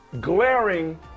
glaring